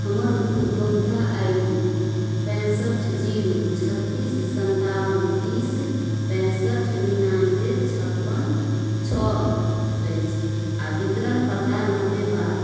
हमर उपभोक्ता I D पैँसठि जीरो छत्तीस सनतावन तीस पैँसठि निनानवे छप्पन छओ अछि आओर वितरण पता नब्बे बारह